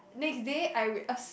next day I will accept